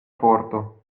forto